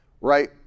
right